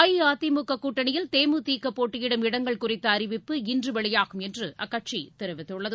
அஇஅதிமுககூட்டணியில் தேமுதிகபோட்டியிடும் இடங்கள் குறித்தஅறிவிப்பு இன்றுவெளியாகும் என்றுஅக்கட்சிதெரிவித்துள்ளது